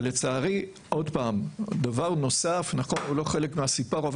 ולצערי דבר נוסף - אולי לא חלק מהסיפור אבל